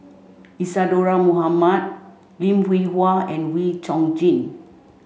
Isadhora Mohamed Lim Hwee Hua and Wee Chong Jin